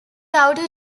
outer